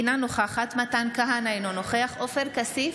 אינה נוכחת מתן כהנא, אינו נוכח עופר כסיף,